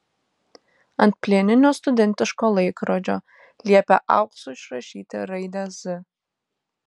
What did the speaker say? ant plieninio studentiško laikrodžio liepė auksu išrašyti raidę z